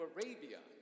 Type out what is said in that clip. Arabia